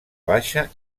baixa